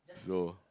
so